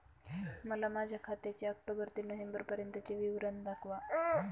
मला माझ्या खात्याचे ऑक्टोबर ते नोव्हेंबर पर्यंतचे विवरण दाखवा